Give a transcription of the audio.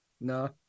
No